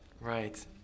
Right